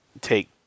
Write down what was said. take